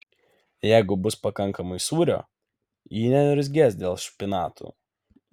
jeigu bus pakankamai sūrio ji neniurzgės dėl špinatų